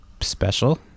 special